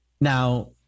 Now